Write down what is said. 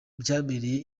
byabereye